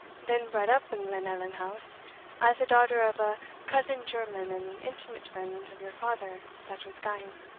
then bred up in glenallan house as the daughter of a cousin-german and intimate friend of your father that was gane.